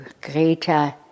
greater